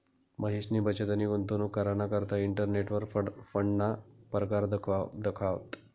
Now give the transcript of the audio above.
महेशनी बचतनी गुंतवणूक कराना करता इंटरनेटवर फंडना परकार दखात